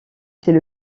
c’est